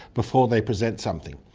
before they present something.